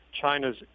China's